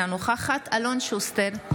אינה נוכחת אלון שוסטר,